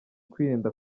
kwirinda